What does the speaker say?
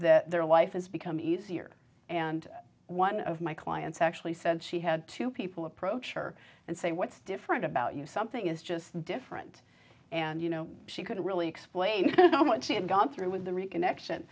that their life has become easier and one of my clients actually said she had two people approach her and say what's different about you something is just different and you know she couldn't really explain what she had gone through with the reconnection